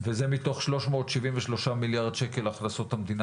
וזה מתוך 373 מיליארד שקל הכנסות המדינה